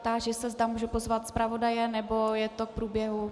Táži se, zda můžu pozvat zpravodaje, nebo je to k průběhu.